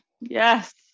Yes